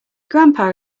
grandpa